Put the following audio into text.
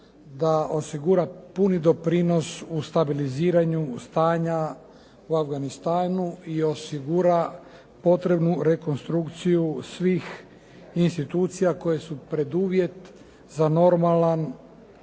da osigura puni doprinos u stabiliziranju stanja u Afganistanu i osigura potrebnu rekonstrukciju svih institucija koje su preduvjet za normalan